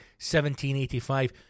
1785